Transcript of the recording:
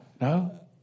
No